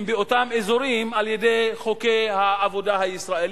באותם אזורים על-ידי חוקי העבודה הישראליים,